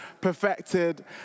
perfected